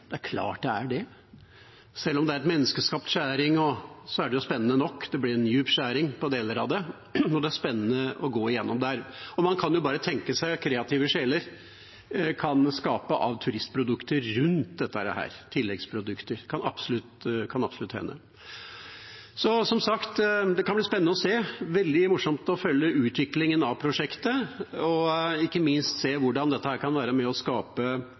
Det er klart det er det. Sjøl om det er en menneskeskapt skjæring, er den jo spennende nok. Det blir en dyp skjæring på deler av det, og det er spennende å gå gjennom der. Og man kan jo bare tenke seg hva kreative sjeler kan skape av turistprodukter og tilleggsprodukter rundt dette – det kan absolutt hende. Det kan som sagt bli spennende å se. Det blir veldig morsomt å følge utviklingen av prosjektet og ikke minst se hvordan dette kan være med på å skape